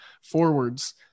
forwards